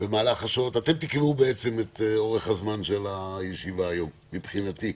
אתם תקבעו את אורך הזמן של הישיבה היום מבחינתי.